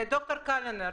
ד"ר קלינר,